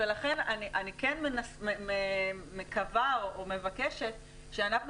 --- ולכן אני כן מקווה או מבקשת שאנחנו